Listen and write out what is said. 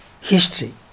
History